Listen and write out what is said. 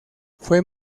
fue